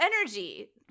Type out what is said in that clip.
energy